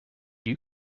you